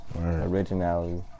Originality